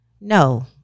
no